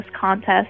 contest